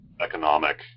economic